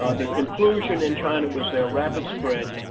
ah the conclusion in china was their rapid spread,